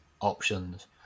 options